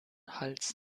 hals